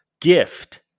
gift